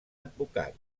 advocat